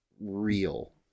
real